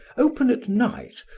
open at night,